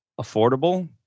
affordable